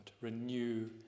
Renew